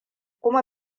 kuma